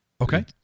Okay